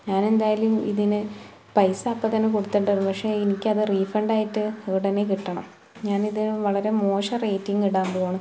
ഞാനെന്തായാലും ഇതിന് പൈസ അപ്പോഴ്ത്തന്നെ കൊടുത്തിട്ടുള്ളു പക്ഷേ എനിക്കത് റീഫണ്ടായിട്ട് ഉടനെ കിട്ടണം ഞാൻ ഇത് വളരെ മോശം റേറ്റിങ്ങിടാൻ പോവാണ്